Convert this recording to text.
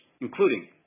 including